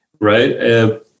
right